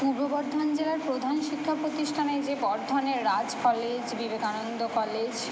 পূর্ব বর্ধমান জেলার প্রধান শিক্ষা প্রতিষ্ঠানে যে বর্ধনের রাজ কলেজ বিবেকানন্দ কলেজ